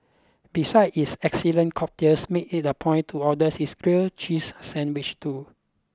besides its excellent cocktails make it a point to order its grilled cheese sandwich too